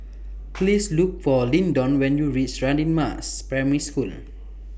Please Look For Lyndon when YOU REACH Radin Mas Primary School